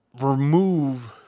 remove